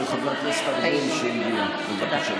מזכירת הכנסת, הצהרת האמונים כמובן אינה תופסת.